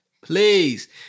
Please